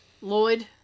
Lloyd